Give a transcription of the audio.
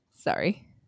sorry